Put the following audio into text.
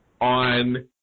on